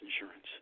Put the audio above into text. insurance